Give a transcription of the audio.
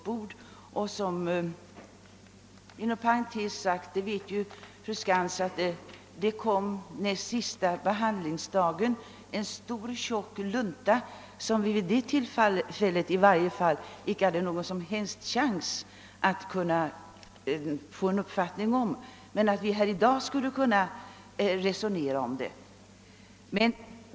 Det var en stor tjock lunta som kom näst sista dagen vi behandlade ärendet, och vi hade vid det tillfället inte någon som helst möjlighet att bilda oss en uppfattning om innehållet, även om vi skulle kunna resonera om det i dag.